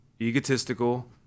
egotistical